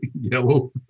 yellow